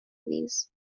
these